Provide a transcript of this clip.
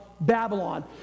Babylon